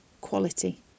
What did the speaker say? quality